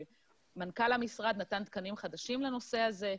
מנכ"ל המשרד נתן תקנים חדשים לנושא הזה.